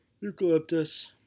Eucalyptus